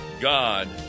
God